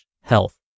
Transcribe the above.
health